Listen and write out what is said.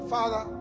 Father